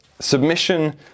submission